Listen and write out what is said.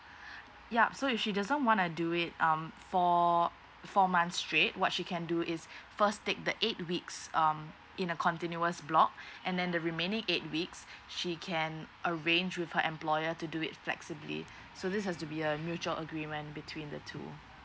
ya so if she doesn't want to do it um for four months straight what she can do is first take the eight weeks um in a continuous block and then the remaining eight weeks she can arrange with her employer to do it flexibly so this has to be a mutual agreement between the two